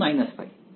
গুণ π